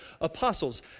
apostles